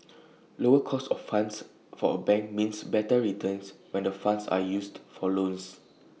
lower cost of funds for A bank means better returns when the funds are used for loans